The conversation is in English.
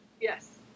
yes